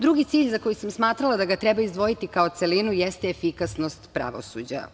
Drugi cilj, za koji sam smatrala da ga treba izdvojiti kao celinu, jeste efikasnost pravosuđa.